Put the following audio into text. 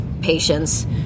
patience